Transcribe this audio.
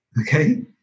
Okay